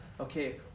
Okay